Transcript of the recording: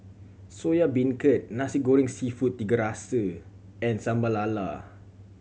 Soya Beancurd Nasi Goreng Seafood Tiga Rasa and Sambal Lala